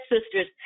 sisters